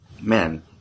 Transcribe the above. Man